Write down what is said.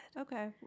Okay